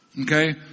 Okay